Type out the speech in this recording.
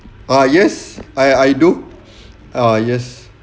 ah yes I I do ah yes